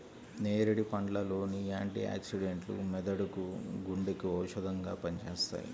నేరేడు పండ్ల లోని యాంటీ ఆక్సిడెంట్లు మెదడుకు, గుండెకు ఔషధంగా పనిచేస్తాయి